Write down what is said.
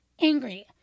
angry